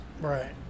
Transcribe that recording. Right